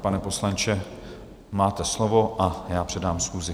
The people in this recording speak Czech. Pane poslanče, máte slovo, a já předám schůzi.